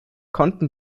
konnten